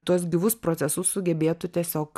tuos gyvus procesus sugebėtų tiesiog